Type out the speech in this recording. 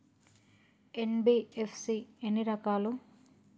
NBFC ఎన్ని రకాలు?